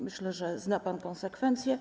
Myślę, że zna pan konsekwencje.